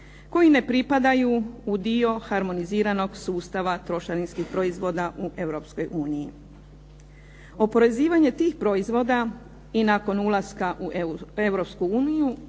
koji ne pripadaju u dio harmoniziranog sustava trošarinskih proizvoda u Europskoj uniji. Oporezivanje tih proizvoda i nakon ulaska u